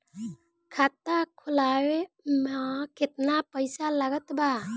खाता खुलावे म केतना पईसा लागत बा?